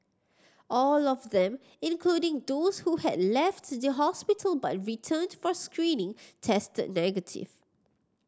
all of them including those who had left the hospital but returned for screening tested negative